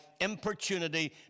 importunity